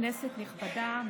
כנסת נכבדה,